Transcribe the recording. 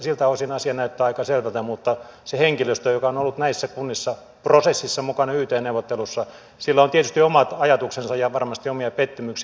siltä osin asia näyttää aika selvältä mutta sillä henkilöstöllä joka on ollut näissä kunnissa prosessissa mukana yt neuvotteluissa on tietysti omat ajatuksensa ja varmasti omia pettymyksiä